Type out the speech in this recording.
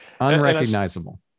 Unrecognizable